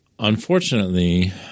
Unfortunately